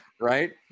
right